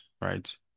right